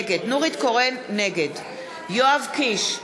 נגד יואב קיש,